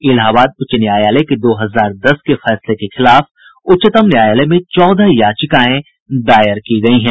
इलाहाबाद उच्च न्यायालय के दो हजार दस के फैसले के खिलाफ उच्चतम न्यायालय में चौदह याचिकाएं दायर की गयी हैं